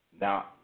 Now